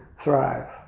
thrive